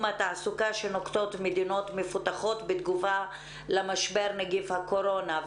התעסוקה שנוקטות מדינות מפותחות בתגובה למשבר נגיף הקורונה.